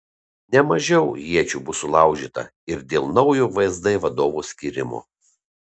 ne mažiau iečių bus sulaužyta ir dėl naujo vsd vadovo skyrimo